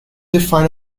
define